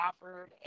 offered